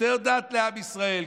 יותר דת לעם ישראל?